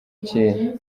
kera